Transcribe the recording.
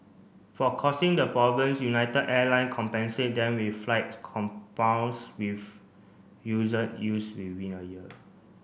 for causing the problems United Airlines compensate them with flight compounds with used within a year